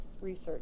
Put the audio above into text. research